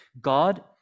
God